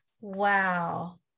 Wow